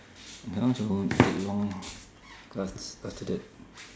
I want to go home take long class after that